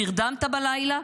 נרדמת בלילה?